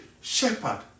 shepherd